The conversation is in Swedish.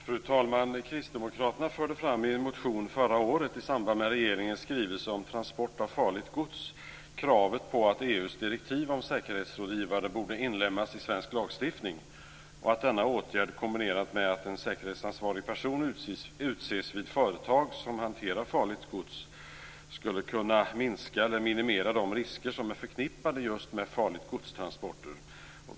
Fru talman! Kristdemokraterna förde förra året i en motion i samband med regeringens skrivelse om transport av farligt gods fram kravet på att EU:s direktiv om säkerhetsrådgivare borde inlemmas i svensk lagstiftning och att denna åtgärd, kombinerad med att en säkerhetsansvarig person utses vid företag som hanterar farligt gods, skulle kunna minska eller minimera de risker som är förknippade just med farligt-gods-transporter.